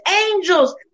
angels